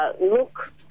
look